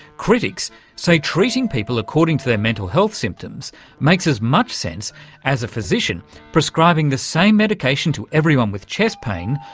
critics say treating people according to their mental health symptoms makes as much sense as a physician prescribing the same medication to everyone with chest pain,